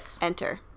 enter